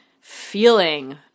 feeling